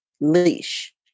leash